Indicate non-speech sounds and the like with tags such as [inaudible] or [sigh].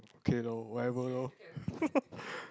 okay lor whatever lor [laughs]